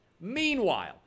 Meanwhile